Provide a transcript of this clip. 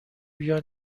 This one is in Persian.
بیا